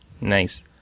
Nice